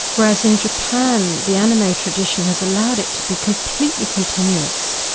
whereas in japan, the anime tradition has allowed it to be completely continuous,